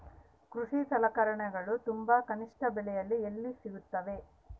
ಕೃಷಿ ಸಲಕರಣಿಗಳು ತುಂಬಾ ಕನಿಷ್ಠ ಬೆಲೆಯಲ್ಲಿ ಎಲ್ಲಿ ಸಿಗುತ್ತವೆ?